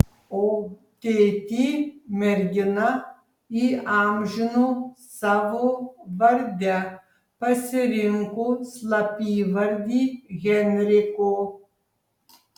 o tėtį mergina įamžino savo varde pasirinko slapyvardį henriko